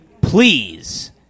please